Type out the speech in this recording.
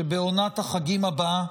שבעונת החגים הבאה